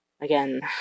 Again